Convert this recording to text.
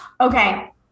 Okay